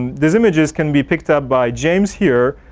these images can be picked up by james here,